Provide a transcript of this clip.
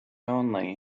only